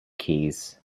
keys